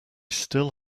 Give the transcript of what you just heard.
still